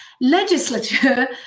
legislature